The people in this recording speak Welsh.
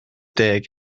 deg